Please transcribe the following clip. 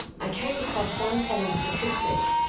i came across one telling statistic.